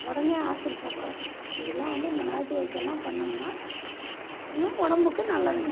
உடனே ஆஸ்பத்திரி போகக்கூடாது இதெலாம் வந்து இந்த நாட்டு வைத்தியமெலாம் பண்ணோம்னால் கொஞ்சம் உடம்புக்கு நல்லதுங்க